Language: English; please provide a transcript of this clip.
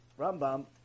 Rambam